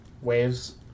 waves